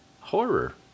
Horror